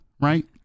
right